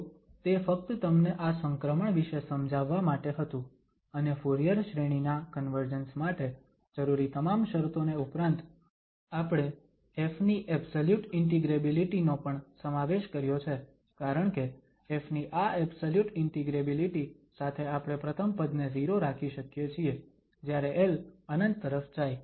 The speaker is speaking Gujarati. તો તે ફક્ત તમને આ સંક્રમણ વિષે સમજાવવા માટે હતું અને ફુરીયર શ્રેણી ના કન્વર્જન્સ માટે જરૂરી તમામ શરતોને ઉપરાંત આપણે ƒ ની એબ્સલયુટ ઇન્ટિગ્રેબિલિટી નો પણ સમાવેશ કર્યો છે કારણકે ƒ ની આ એબ્સલયુટ ઇન્ટિગ્રેબિલિટી સાથે આપણે પ્રથમ પદને 0 રાખી શકીએ છીએ જ્યારે l ∞ તરફ જાય